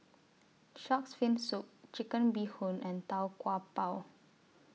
Shark's Fin Soup Chicken Bee Hoon and Tau Kwa Pau